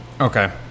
Okay